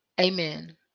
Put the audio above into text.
Amen